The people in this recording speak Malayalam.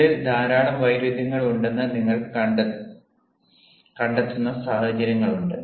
നിങ്ങളിൽ ധാരാളം വൈരുദ്ധ്യങ്ങൾ ഉണ്ടെന്ന് നിങ്ങൾ കണ്ടെത്തുന്ന സാഹചര്യങ്ങളുണ്ട്